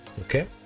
Okay